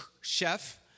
chef